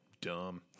dumb